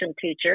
teacher